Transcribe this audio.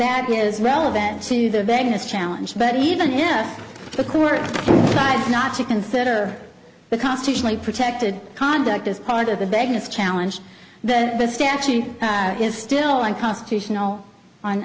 that is relevant to the vagueness challenge but even if the court was not to consider the constitutionally protected conduct as part of the biggest challenge that the statute is still on constitutional on